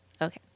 okay